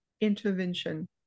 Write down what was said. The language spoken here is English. intervention